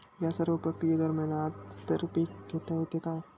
या सर्व प्रक्रिये दरम्यान आंतर पीक घेता येते का?